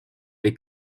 les